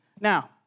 Now